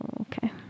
Okay